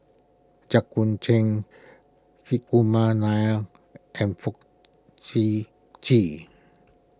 Jit Koon Ch'ng Hri Kumar Nair and Fong Sip Chee